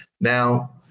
now